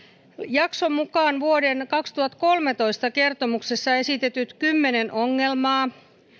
jakson mukaan vuoden kaksituhattakolmetoista kertomuksessa esitetyt kymmenen ongelmaa